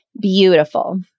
Beautiful